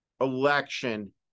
election